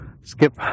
skip